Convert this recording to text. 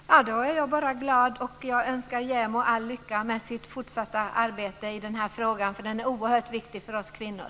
Fru talman! Då är jag bara glad. Jag önskar JämO all lycka i sitt fortsatta arbete i denna fråga, för den är oerhört viktig för oss kvinnor.